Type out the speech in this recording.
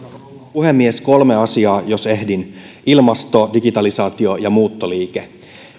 puhemies kolme asiaa jos ehdin ilmasto digitalisaatio ja muuttoliike